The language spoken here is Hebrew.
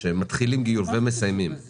אם אתם רוצים ממשלת שינוי, תעשו שינוי גם בזה.